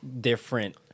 different